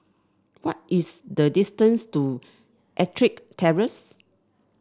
what is the distance to EttricK Terrace